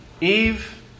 Eve